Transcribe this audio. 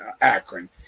Akron